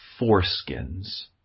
foreskins